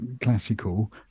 classical